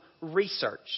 research